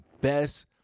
best